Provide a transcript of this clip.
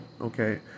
okay